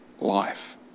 life